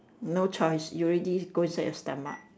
no choice you already go inside your stomach